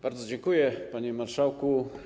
Bardzo dziękuje, panie marszałku.